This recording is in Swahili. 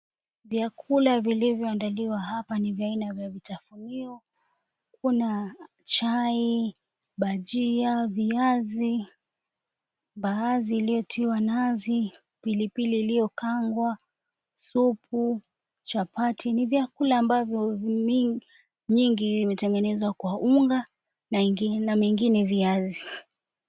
Vyakula vilivyoandaliwa hapa ni vya aina va vitafunio, kuna chai, bajia, viazi, mbaazi iliyotiwa nazi, pilili iliyokangwa, supu, chapati, ni vyakula ambavyo nyingi imetengenezwa kwa unga na mengine viazi.